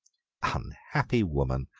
unhappy woman!